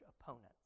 opponents